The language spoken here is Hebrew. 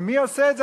ומי עושה את זה?